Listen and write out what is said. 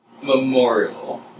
memorial